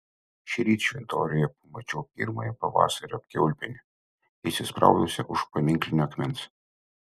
šįryt šventoriuje mačiau pirmąją pavasario kiaulpienę įsispraudusią už paminklinio akmens